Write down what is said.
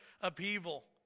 upheaval